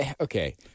okay